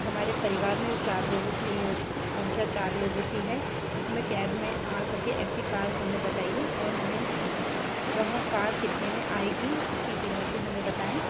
हमारे परिवार में चार लोगों के संख्या चार लोगों की है जिसमें कैब में आ सके ऐसी कार हमें बताइए और हमें वह कार कितने में आएगी इसकी कीमत भी हमें बताएँ